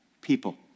people